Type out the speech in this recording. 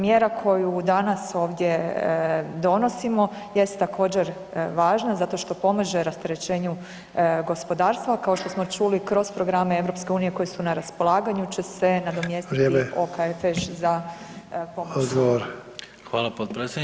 Mjera koju ovdje danas donosimo jest također važna zato što pomaže rasterećenju gospodarstva, ali kao što smo čuli kroz programe EU koji su na raspolaganju će se nadomjestiti [[Upadica: Vrijeme.]] OKFŠ za